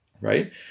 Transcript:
Right